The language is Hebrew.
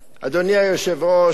אדוני היושב-ראש,